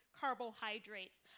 carbohydrates